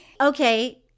Okay